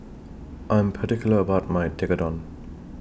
I Am particular about My Tekkadon